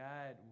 God